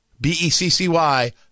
B-E-C-C-Y